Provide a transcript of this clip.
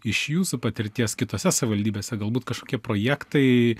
iš jūsų patirties kitose savivaldybėse galbūt kažkokie projektai